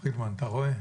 פרידמן, אתה רואה?